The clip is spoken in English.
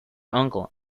uncle